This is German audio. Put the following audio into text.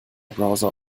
browser